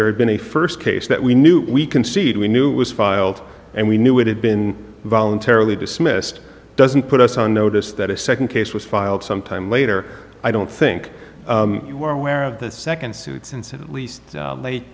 there had been a first case that we knew we concede we knew was filed and we knew it had been voluntarily dismissed doesn't put us on notice that a second case was filed sometime later i don't think you were aware of that second suit since at least late